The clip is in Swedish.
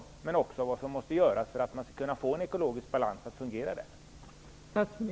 Vi måste också ta upp vad som måste göras för att man skall kunna få en fungerande ekologisk balans.